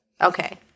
Okay